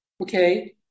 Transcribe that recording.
Okay